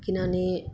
किनभने